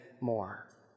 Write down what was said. more